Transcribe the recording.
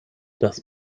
das